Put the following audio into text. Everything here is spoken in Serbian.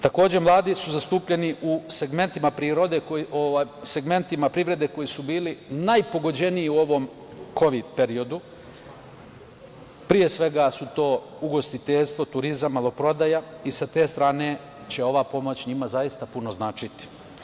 Takođe, mladi su zastupljeni u segmentima privrede koji su bili najpogođeniji u ovom kovid periodu, pre svega su to ugostiteljstvo, turizam, maloprodaja i sa te strane će ova pomoć njima zaista puno značiti.